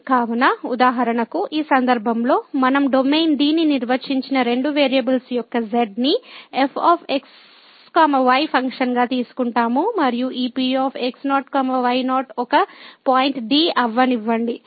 కావున ఉదాహరణకు ఈ సందర్భంలో మనం డొమైన్ D ని నిర్వచించిన రెండు వేరియబుల్స్ యొక్క z నీ f x y ఫంక్షన్గా తీసుకుంటాము మరియు ఈ P x0 y0 ఒక పాయింట్ D అవ్వనివ్వండి